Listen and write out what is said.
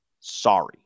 Sorry